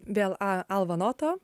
vėl alva noto